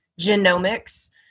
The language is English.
genomics